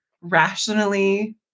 rationally